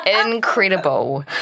Incredible